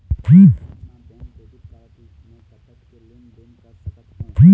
एक दिन मा मैं डेबिट कारड मे कतक के लेन देन कर सकत हो?